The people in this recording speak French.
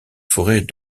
forêt